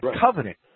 covenant